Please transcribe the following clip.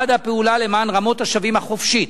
ועד הפעולה למען רמות-השבים החופשית,